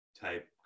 type